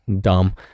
Dumb